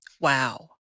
Wow